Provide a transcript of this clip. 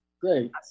Great